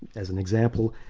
as an example,